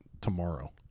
tomorrow